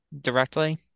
directly